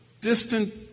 distant